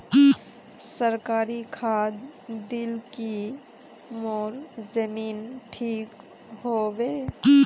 सरकारी खाद दिल की मोर जमीन ठीक होबे?